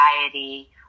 anxiety